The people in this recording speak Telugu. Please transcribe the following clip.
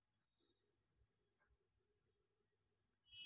నేను నా మొబైల్ నంబరుకు మొత్తం బాలన్స్ ను ఎలా ఎక్కించుకోవాలి?